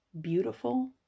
Beautiful